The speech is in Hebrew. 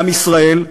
לעם ישראל,